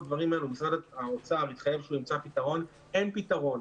משרד האוצר התחייב למצוא פתרון אבל אין פתרון.